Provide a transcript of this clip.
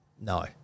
No